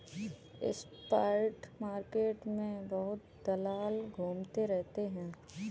spot market में बहुत दलाल घूमते रहते हैं